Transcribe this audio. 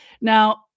Now